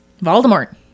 Voldemort